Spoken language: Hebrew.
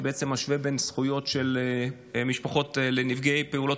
שמשווה את בזכויות של משפחות נפגעי פעולות